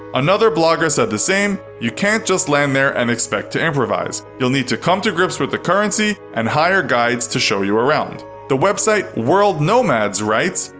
another blogger said the same, you can't just land there and expect to improvise. you'll need to come to grips with the currency, and hire guides to show you around. the website world nomads writes,